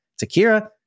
Takira